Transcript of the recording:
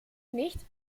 nicht